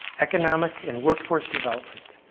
economic and workforce development,